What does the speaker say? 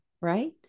right